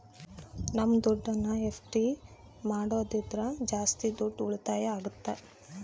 ನಮ್ ದುಡ್ಡನ್ನ ಎಫ್.ಡಿ ಮಾಡೋದ್ರಿಂದ ಜಾಸ್ತಿ ದುಡ್ಡು ಉಳಿತಾಯ ಆಗುತ್ತ